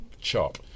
chop